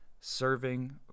serving